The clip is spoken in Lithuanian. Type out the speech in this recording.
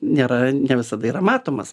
nėra ne visada yra matomas